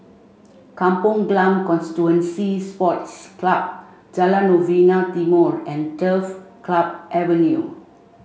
Kampong Glam Constituency Sports Club Jalan Novena Timor and Turf Club Avenue